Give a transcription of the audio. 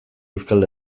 euskal